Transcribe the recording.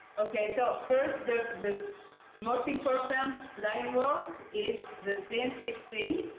okay. so first, the the most important line work is the thin-thick-thin,